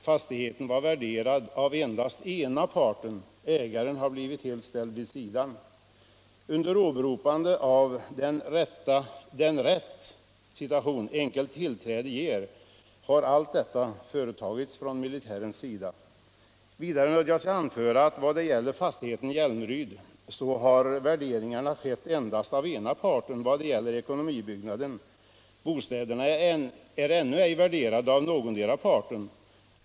Fastigheten var värderad av endast ena parten. Ägaren har blivit helt ställd åt sidan. Under åberopande av den rätt ”enkelt tillträde” ger har allt detta företagits från militärens sida. Vidare nödgas jag anföra att vad gäller fastigheten Hjälmryd så har värderingarna gjorts endast av ena parten beträffande ekonomibyggnaderna. Bostäderna är ännu inte värderade av någondera parten.